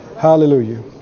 Hallelujah